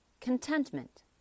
contentment